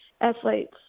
athletes